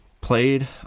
played